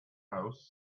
house